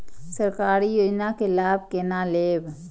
सरकारी योजना के लाभ केना लेब?